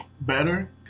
better